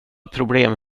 problem